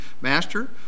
master